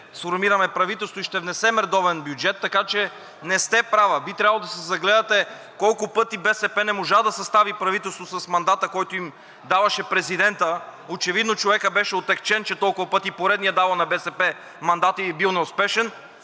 сформираме правителство и ще внесем редовен бюджет, така че не сте права, би трябвало да се загледате колко БСП не можа да състави правителство с мандата, който им даваше президентът, очевидно човекът беше отегчен, че толкова пъти поред е давал на БСП мандата и е бил неуспешен